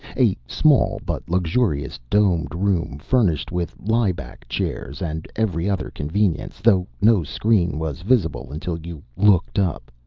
a small but luxurious domed room furnished with lie-back chairs and every other convenience, though no screen was visible until you looked up.